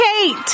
Kate